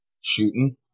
Shooting